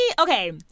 okay